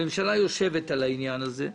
הממשלה יושבת על העניין הזה.